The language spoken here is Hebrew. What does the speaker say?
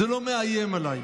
זה לא מאיים עליי.